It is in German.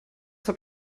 habe